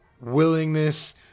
Willingness